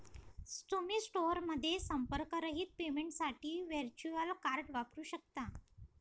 तुम्ही स्टोअरमध्ये संपर्करहित पेमेंटसाठी व्हर्च्युअल कार्ड वापरू शकता